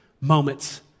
moments